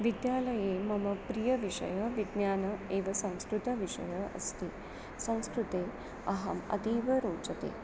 विद्यालये मम प्रियविषयं विज्ञानम् एव संस्कृतविषयः अस्ति संस्कृते अहम् अतीव रोचते